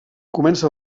comença